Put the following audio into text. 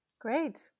Great